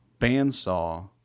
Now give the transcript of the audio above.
bandsaw